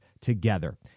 together